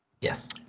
Yes